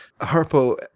Harpo